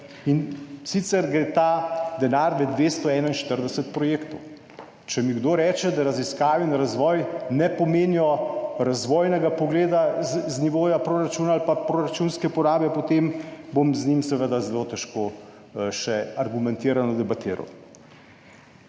in sicer gre ta denar med 241 projektov. Če mi kdo reče, da raziskave in razvoj ne pomenijo razvojnega pogleda z nivoja proračuna ali pa proračunske porabe, potem bom z njim seveda zelo težko še argumentirano debatiral.